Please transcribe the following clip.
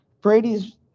Brady's